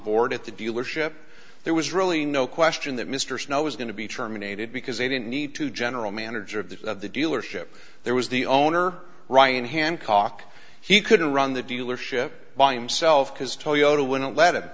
board at the dealership there was really no question that mr snow was going to be terminated because they didn't need to general manager of the of the dealership there was the owner ryan hancock he couldn't run the dealership by himself because toyota wouldn't let him